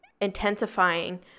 intensifying